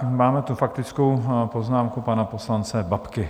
Máme tu faktickou poznámku pana poslance Babky.